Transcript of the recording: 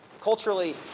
culturally